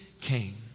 came